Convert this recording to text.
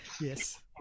Yes